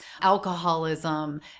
Alcoholism